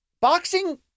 boxing